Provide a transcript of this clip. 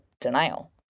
denial